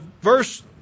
verse